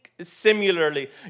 similarly